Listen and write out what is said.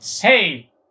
Hey